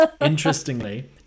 Interestingly